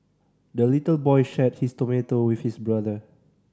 the little boy shared his tomato with his brother